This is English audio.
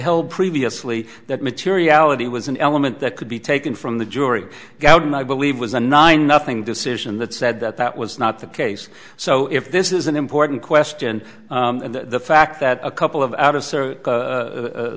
held previously that materiality was an element that could be taken from the jury and i believe was a nine nothing decision that said that that was not the case so if this is an important question and the fact that a couple of out of